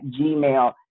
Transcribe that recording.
gmail